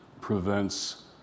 prevents